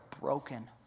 broken